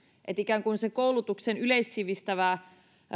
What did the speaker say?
että sen koulutuksen yleissivistävä